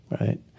right